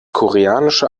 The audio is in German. koreanische